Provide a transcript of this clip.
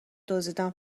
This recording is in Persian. دزدیدن